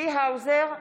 צבי האוזר,